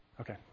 Okay